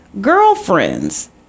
girlfriends